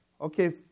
okay